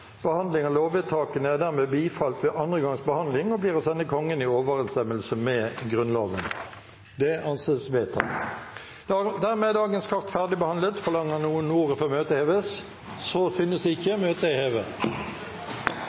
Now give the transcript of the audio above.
behandling og blir å sende Kongen i overenstemmelse med Grunnloven. Dermed er dagens kart ferdigbehandlet. Forlanger noen ordet før møtet heves? – Møtet er hevet.